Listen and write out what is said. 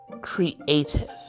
creative